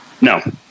no